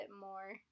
more